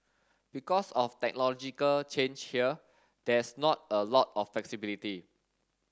because of technological change here there's not a lot of flexibility